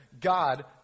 God